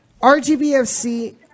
RGBFC